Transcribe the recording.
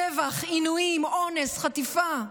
טבח, עינויים, אונס, חטיפה.